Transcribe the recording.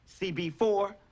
CB4